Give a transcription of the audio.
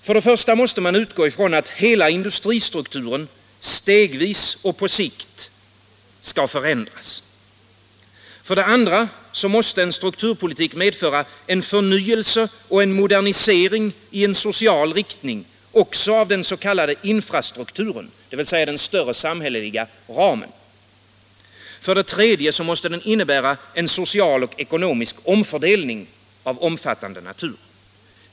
För det första måste den utgå från att hela industristrukturen stegvis och på sikt förändras. För det andra måste den medföra en förnyelse och en modernisering i social riktning också av den s.k. infrastrukturen, dvs. den större samhälleliga ramen. För det tredje måste den innebära en social och ekonomisk omfördelning av omfattande natur.